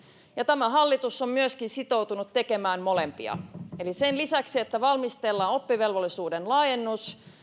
ja tämä hallitus on myöskin sitoutunut tekemään molempia eli sen lisäksi että valmistellaan oppivelvollisuuden laajennus